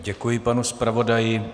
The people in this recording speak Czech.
Děkuji panu zpravodaji.